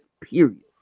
period